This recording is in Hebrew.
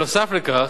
נוסף על כך,